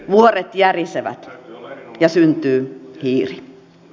vuoret järisevät ja syntyy hiiri